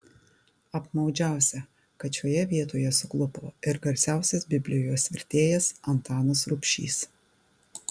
apmaudžiausia kad šioje vietoje suklupo ir garsiausias biblijos vertėjas antanas rubšys